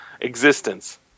existence